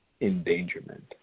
endangerment